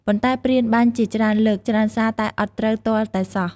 ប៉ុន្ដែព្រានបាញ់ជាច្រើនលើកច្រើនសារតែអត់ត្រូវទាល់តែសោះ ។